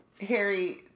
Harry